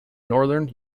northern